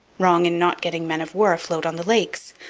wrong in not getting men-of-war afloat on the lakes,